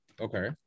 Okay